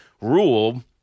rule